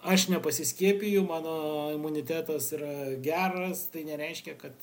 aš nepasiskiepiju mano imunitetas yra geras tai nereiškia kad